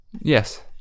yes